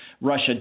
Russia